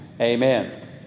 amen